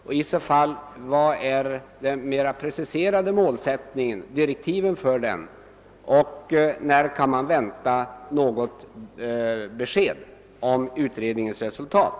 Om så är fallet vill jag fråga: Vad är den mera preciserade målsättningen, direktiven för denna utredning, och när kan man vänta något besked om utredningens resultat?